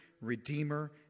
redeemer